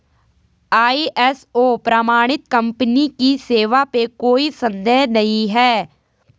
ISO प्रमाणित company की सेवा पे कोई संदेह नहीं है